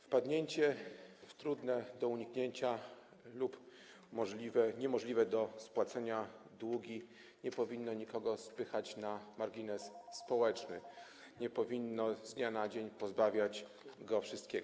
Wpadnięcie w trudne do uniknięcia lub niemożliwe do spłacenia długi nie powinno nikogo spychać na margines społeczny, nie powinno z dnia na dzień pozbawiać wszystkiego.